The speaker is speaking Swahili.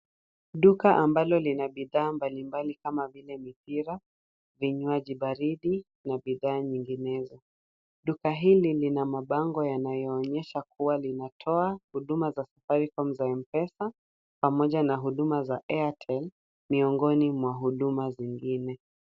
Duka ambalo lina bidhaa mbalimbali kama vile mipira, vinywaji baridi na bidhaa nyinginezo. Duka hili lina mabango yanayoonyesha kuwa linatoa huduma za safaricom za mpesa pamoja na huduma za airtel miongoni mwa huduma zingine.